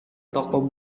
toko